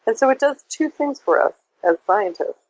and so it does two things for us as scientists.